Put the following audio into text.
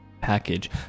package